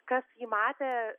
kas jį matė